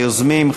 ליוזמים,